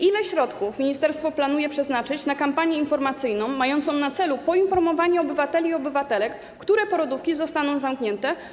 Ile środków ministerstwo planuje przeznaczyć na kampanię informacyjną mającą na celu poinformowanie obywateli i obywatelek, które porodówki zostaną zamknięte?